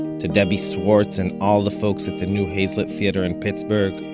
to debbie swartz and all the folks at the new hazlett theater in pittsburgh,